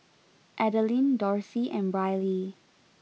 Adeline Dorsey and Brylee